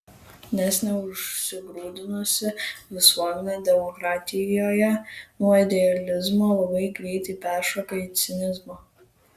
nes neužsigrūdinusi visuomenė demokratijoje nuo idealizmo labai greitai peršoka į cinizmą